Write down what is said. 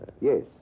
Yes